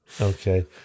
Okay